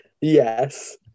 Yes